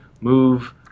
move